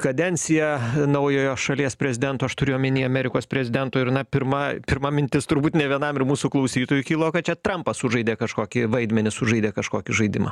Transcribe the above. kadencija naujojo šalies prezidento aš turiu omeny amerikos prezidento ir na pirma pirma mintis turbūt ne vienam ir mūsų klausytojų kilo kad čia trampas sužaidė kažkokį vaidmenį sužaidė kažkokį žaidimą